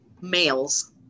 males